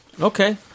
Okay